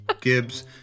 Gibbs